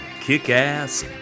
kick-ass